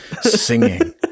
singing